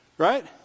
Right